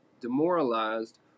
demoralized